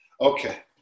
Okay